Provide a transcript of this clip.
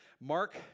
Mark